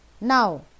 Now